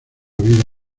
vida